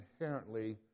inherently